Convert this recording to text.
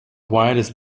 wireless